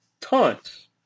tons